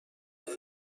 زنان